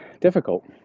difficult